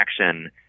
action